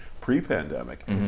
pre-pandemic